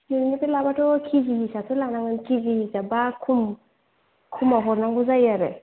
नोंनिफ्राय लाबाथ' किजि हिसाबसो लानांगोन किजि हिसाब्बा खम खमाव हरनांगौ जायो आरो